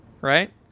right